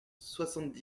soixante